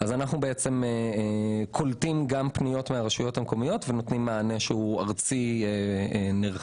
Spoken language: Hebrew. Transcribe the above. אנחנו קולטים גם פניות מהרשויות המקומיות ונותנים מענה ארצי נרחב.